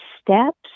steps